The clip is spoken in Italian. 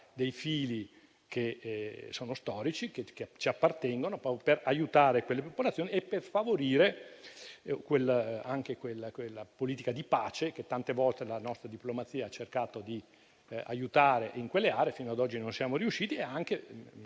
dei fili che sono storici, che ci appartengono, per aiutare quelle popolazioni e per favorire anche quella politica di pace che tante volte la nostra diplomazia ha cercato di supportare in quelle aree, anche se fino ad oggi non ci siamo riusciti, e anche